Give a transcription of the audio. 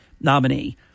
nominee